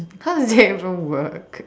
how does that even work